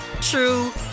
true